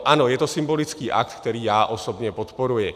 Ano, je to symbolický akt, který já osobně podporuji.